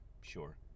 sure